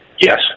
Yes